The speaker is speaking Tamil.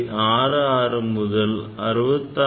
66 முதல் 66